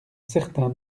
certain